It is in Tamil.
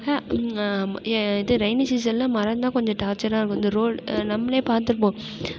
இது ரெய்னி சீசனில் மரந்தான் கொஞ்சம் டார்ச்செராக இந்த ரோடு நம்மளே பார்த்துருப்போம்